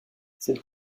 cette